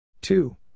Two